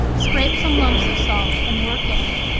scrape some lumps of salt, and work in,